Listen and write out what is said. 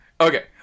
Okay